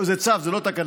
זה צו, זה לא תקנה,